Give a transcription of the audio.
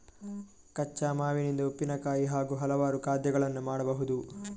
ಕಚ್ಚಾ ಮಾವಿನಿಂದ ಉಪ್ಪಿನಕಾಯಿ ಹಾಗೂ ಹಲವಾರು ಖಾದ್ಯಗಳನ್ನು ಮಾಡಬಹುದು